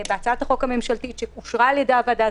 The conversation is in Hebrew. בהצעת החוק הממשלתית שאושרה על ידי הוועדה,